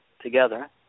together